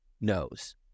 knows